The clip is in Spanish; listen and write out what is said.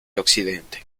occidente